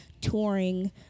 touring